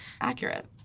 Accurate